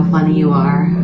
um you are,